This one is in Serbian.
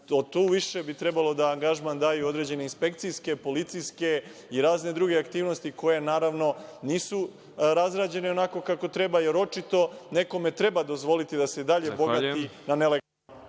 Tu bi više trebalo da angažman daju određene inspekcijske, policijske i razne druge aktivnosti koje naravno nisu razrađene onako kako treba, jer očito nekome treba dozvoliti da se dalje bogati na nelegalan